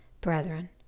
Brethren